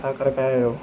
ఆకాకరకాయలు